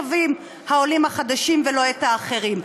התושבים העולים החדשים ולא את של האחרים.